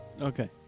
Okay